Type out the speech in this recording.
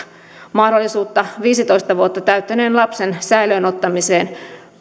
mahdollisuutta viisitoista vuotta täyttäneen lapsen säilöön ottamiseen